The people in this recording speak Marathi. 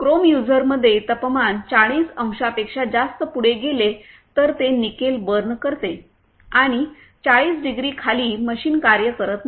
क्रोम युझरमध्ये तापमान 40 अंशांपेक्षा जास्त पुढे गेले तर ते निकेल बर्न करते आणि 40 डिग्री खाली मशीन कार्य करत नाही